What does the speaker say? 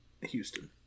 Houston